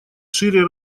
шире